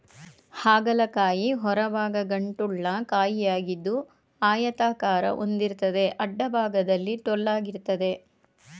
ಹಾಗಲ ಕಾಯಿ ಹೊರಭಾಗ ಗಂಟುಳ್ಳ ಕಾಯಿಯಾಗಿದ್ದು ಆಯತಾಕಾರ ಹೊಂದಿರ್ತದೆ ಅಡ್ಡಭಾಗದಲ್ಲಿ ಟೊಳ್ಳಾಗಿರ್ತದೆ